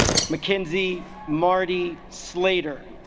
mckenzie marty slater